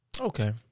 Okay